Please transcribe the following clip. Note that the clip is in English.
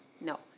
no